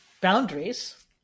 boundaries